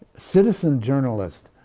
citizen journalists